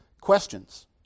Questions